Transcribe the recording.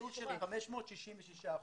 גידול של 566 אחוזים.